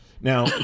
Now